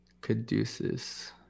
Caduceus